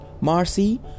Marcy